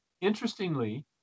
interestingly